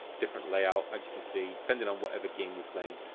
different layout as you can see depending on whatever game you're playing